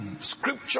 scripture